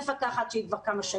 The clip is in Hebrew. מפקחת שהיא כבר כמה שנים.